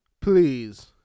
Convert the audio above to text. please